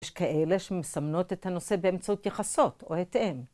יש כאלה שמסמנות את הנושא באמצעות יחסות, או האות M.